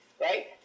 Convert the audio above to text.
Right